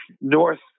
north